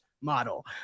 model